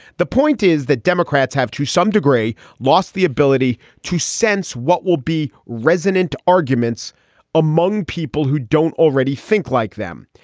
the point is that democrats have to some degree lost the ability to sense what will be resonant arguments among people who don't already think like them.